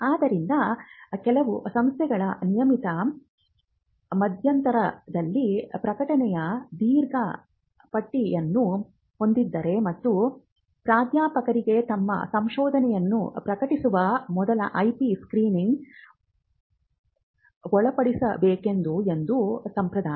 ಆದ್ದರಿಂದ ಕೆಲವು ಸಂಸ್ಥೆಗಳು ನಿಯಮಿತ ಮಧ್ಯಂತರದಲ್ಲಿ ಪ್ರಕಟಣೆಯ ದೀರ್ಘ ಪಟ್ಟಿಯನ್ನು ಹೊಂದಿದ್ದರೆ ಮತ್ತು ಪ್ರಾಧ್ಯಾಪಕರಿಗೆ ತಮ್ಮ ಸಂಶೋಧನೆಯನ್ನು ಪ್ರಕಟಿಸುವ ಮೊದಲು IP ಸ್ಕ್ರೀನಿಂಗ್ ಒಳಪಡಿಸಬೇಕೆಂದು ಒಂದು ಸಂಪ್ರದಾಯ